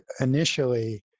Initially